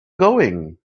going